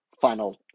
final